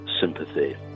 sympathy